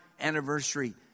anniversary